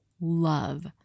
love